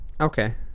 Okay